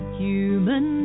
human